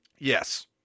Yes